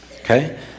okay